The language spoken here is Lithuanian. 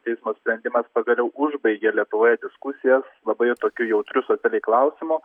teismo sprendimas pagaliau užbaigė lietuvoje diskusijas labai tokiu jautriu socialiai klausimu